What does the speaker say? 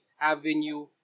avenue